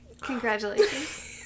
Congratulations